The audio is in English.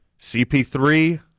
CP3